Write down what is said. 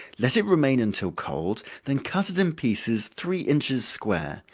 let it remain until cold, then cut it in pieces three inches square,